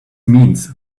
means